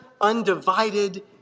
undivided